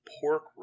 pork